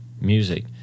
music